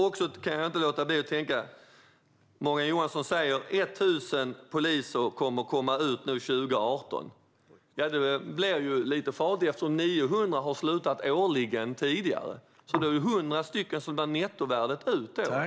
Jag kan inte låta bli att tänka, när Morgan Johansson säger att 1 000 poliser kommer att komma ut nu 2018, att det blir lite fattigt eftersom 900 har slutat årligen tidigare. Då är nettovärdet 100 poliser ut.